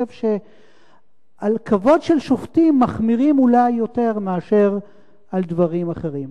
חושב שעל כבוד של שופטים מחמירים אולי יותר מאשר על דברים אחרים.